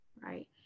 right